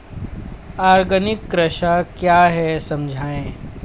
Organic कृषि क्या है समझाइए?